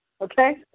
okay